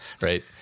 Right